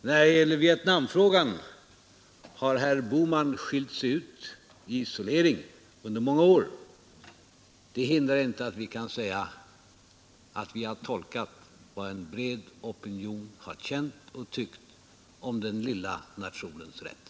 När det gäller Vietnamfrågan har herr Bohman under många år skilt ut sig i isolering. Det hindrar inte att vi kan säga att vi har tolkat vad en bred opinion har känt och tyckt om den lilla nationens rätt.